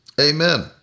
Amen